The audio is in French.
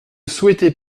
souhaitez